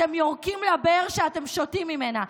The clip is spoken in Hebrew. אתם יורקים לבאר שאתם שותים ממנה.